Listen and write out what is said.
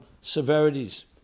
severities